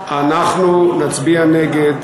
אנחנו נצביע נגד.